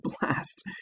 blast